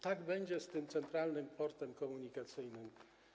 Tak samo będzie z tym Centralnym Portem Komunikacyjnym.